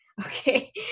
Okay